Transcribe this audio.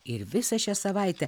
ir visą šią savaitę